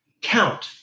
count